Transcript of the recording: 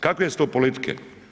Kakve su to politike?